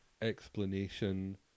explanation